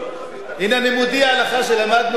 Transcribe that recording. אני מודיע לך שלמדנו פרקי אבות,